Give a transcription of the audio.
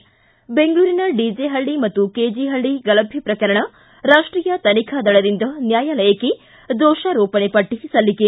್ಲಿ ಬೆಂಗಳೂರಿನ ಡಿಜೆ ಹಳ್ಳಿ ಮತ್ತು ಕೆಜೆ ಹಳ್ಳಿ ಗಲಭೆ ಪ್ರಕರಣ ರಾಷ್ಷೀಯ ತನಿಖಾ ದಳದಿಂದ ನ್ಯಾಯಾಲಯಕ್ಕೆ ದೋಷಾರೋಪಣೆ ಪಟ್ಟ ಸಲ್ಲಿಕೆ